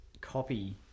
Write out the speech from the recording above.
copy